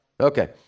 Okay